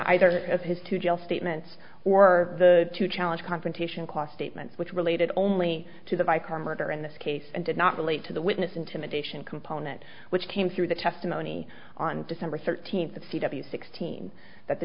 either of his two gel statements or the two challenge confrontation qua statements which related only to the by car murder in this case and did not relate to the witness intimidation component which came through the testimony on december thirteenth of c w sixteen that the